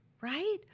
right